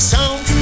Sound